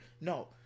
no